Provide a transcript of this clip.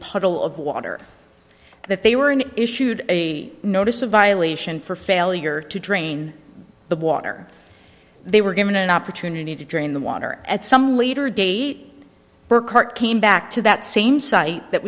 puddle of water that they were in issued a notice a violation for failure to drain the water they were given an opportunity to drain the water at some later date burkhart came back to that same site that